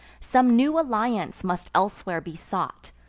some new alliance must elsewhere be sought,